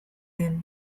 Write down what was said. den